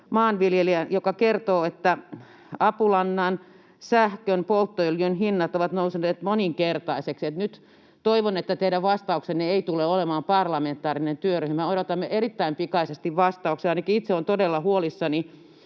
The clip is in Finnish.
maanviljelijästä, joka kertoo, että apulannan, sähkön, polttoöljyn hinnat ovat nousseet moninkertaisiksi. Nyt toivon, että teidän vastauksenne ei tule olemaan parlamentaarinen työryhmä. Odotamme erittäin pikaisesti vastauksia. Ainakin itse olen todella huolissani